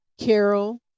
Carol